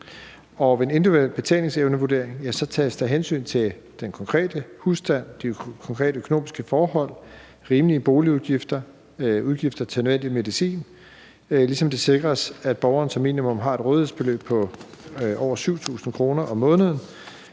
Ved en individuel betalingsevnevurdering tages der hensyn til den konkrete husstand, de konkrete økonomiske forhold, rimelige boligudgifter og udgifter til nødvendig medicin, ligesom det sikres, at borgeren som minimum har et rådighedsbeløb på over 7.000 kr. om måneden,